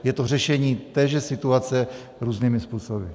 Je to řešení téže situace různými způsoby.